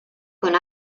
con